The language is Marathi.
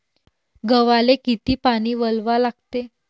गव्हाले किती पानी वलवा लागते?